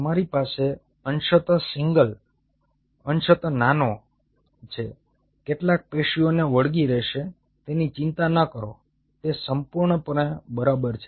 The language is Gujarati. તમારી પાસે અંશત સિંગલ સેલ અંશત નાનો છે કેટલાક પેશીઓને વળગી રહેશે તેની ચિંતા ન કરો તે સંપૂર્ણપણે બરાબર છે